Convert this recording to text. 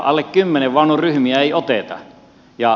alle kymmenen vaunun ryhmiä ei oteta